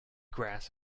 grass